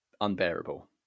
unbearable